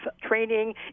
training